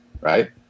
right